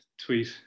tweet